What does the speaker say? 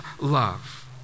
love